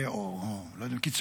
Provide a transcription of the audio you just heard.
או אני לא יודע אם קיצוניים,